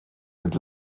mit